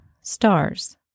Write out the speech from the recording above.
Stars